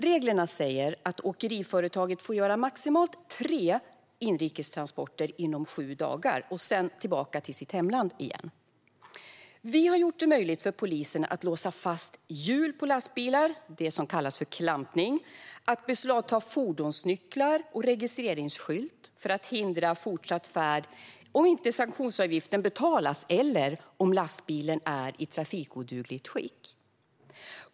Reglerna säger att åkeriföretaget får göra maximalt tre inrikestransporter inom sju dagar, och sedan ska färden gå tillbaka till hemlandet igen. Vi har gjort det möjligt för polisen att låsa fast hjul på lastbilar, det som kallas klampning, och att beslagta fordonsnycklar och registreringsskylt för att hindra fortsatt färd om inte sanktionsavgiften betalas eller om lastbilen är i trafikodugligt skick.